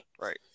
Right